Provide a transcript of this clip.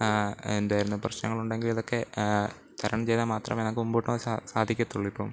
എന്തായിരുന്നു പ്രശ്നങ്ങൾ ഉണ്ടെങ്കിൽ അതൊക്കെ തരണം ചെയ്താൽ മാത്രമേ നമുക്ക് മുമ്പോട്ട് പോവാൻ സാ സാധിക്കുള്ളൂ ഇപ്പം